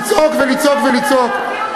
לצעוק ולצעוק ולצעוק.